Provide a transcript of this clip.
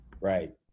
Right